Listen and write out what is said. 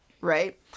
right